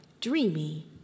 Dreamy